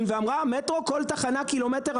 ואמרה: מרחק בין כל תחנה לתחנה קילומטר,